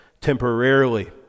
temporarily